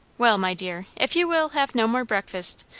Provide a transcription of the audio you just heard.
well, my dear, if you will have no more breakfast,